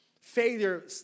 failure